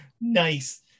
Nice